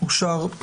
הצבעה התקנות אושרו.